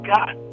God